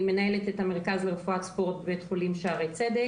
אני מנהלת את המרכז לרפואת ספורט בבית חולים שערי צדק.